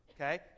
Okay